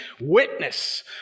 witness